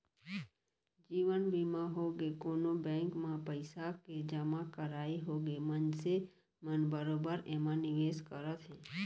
जीवन बीमा होगे, कोनो बेंक म पइसा के जमा करई होगे मनसे मन बरोबर एमा निवेस करत हे